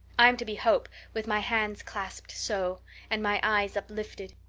i'm to be hope, with my hands clasped so and my eyes uplifted.